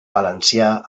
valencià